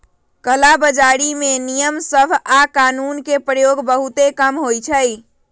कला बजारी में नियम सभ आऽ कानून के प्रयोग बहुते कम होइ छइ